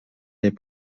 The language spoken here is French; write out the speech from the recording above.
n’est